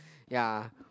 ya